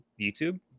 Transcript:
youtube